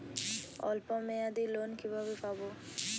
অল্প মেয়াদি লোন কিভাবে পাব?